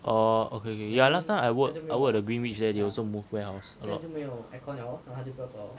orh okay okay yeah last time I work I work at the greenwich there they also move warehouse a lot